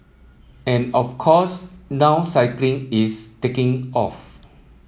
and of course now cycling is taking off